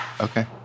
Okay